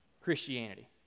Christianity